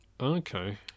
Okay